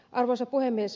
arvoisa puhemies